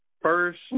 First